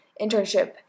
internship